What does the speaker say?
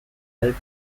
helped